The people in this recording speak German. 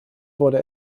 wurde